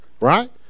right